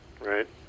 right